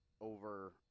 over